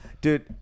dude